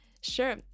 sure